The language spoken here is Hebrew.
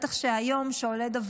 היום.